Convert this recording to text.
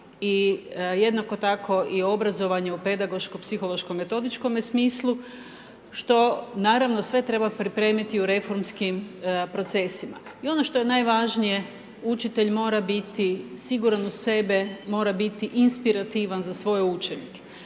i jednako tako i obrazovanje u pedagoško psihološko metodičkome smislu, što naravno sve treba pripremiti u reformskim procesima. I ono što je najvažnije, učitelj mora biti siguran u sebe, mora biti inspirativan za svoje učenike.